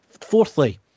Fourthly